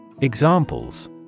Examples